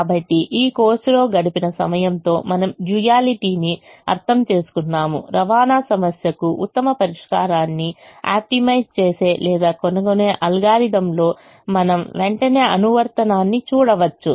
కాబట్టి ఈ కోర్సులో గడిపిన సమయంతో మనం డ్యూయలిటీని అర్థం చేసుకున్నాము రవాణా సమస్యకు ఉత్తమ పరిష్కారాన్ని ఆప్టిమైజ్ చేసే లేదా కనుగొనే అల్గోరిథంలో మనము వెంటనే అనువర్తనాన్ని చూడవచ్చు